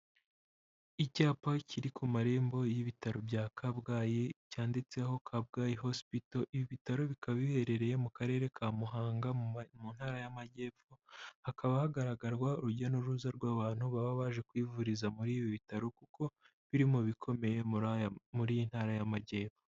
Icyapa kiri ku marembo y'ibitaro bya Kabgayi cyanditseho "Kabgayi Hospital", ibi bitaro bikaba biherereye mu Karere ka Muhanga mu Ntara y'Amajyepfo, hakaba hagaragarwa urujya n'uruza rw'abantu baba baje kuyivuriza muri ibi bitaro kuko biri mu bikomeye muri iyi Ntara y'Amajyepfo.